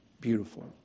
beautiful